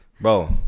Bro